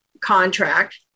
contract